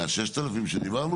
מה-6,000 שדיברנו?